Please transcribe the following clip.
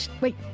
Wait